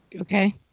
okay